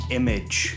image